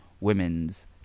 women's